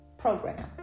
program